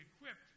equipped